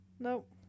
Nope